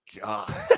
God